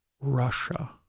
Russia